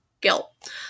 Guilt